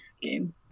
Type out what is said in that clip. game